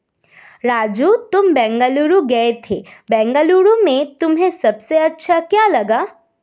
राजू तुम बेंगलुरु गए थे बेंगलुरु में तुम्हें सबसे अच्छा क्या लगा?